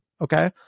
Okay